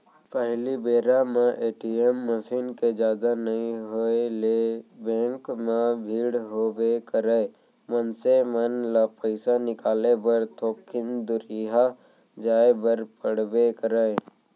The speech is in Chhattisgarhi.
पहिली बेरा म ए.टी.एम मसीन के जादा नइ होय ले बेंक म भीड़ होबे करय, मनसे मन ल पइसा निकाले बर थोकिन दुरिहा जाय बर पड़बे करय